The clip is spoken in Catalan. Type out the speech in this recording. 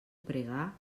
pregar